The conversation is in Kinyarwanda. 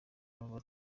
baba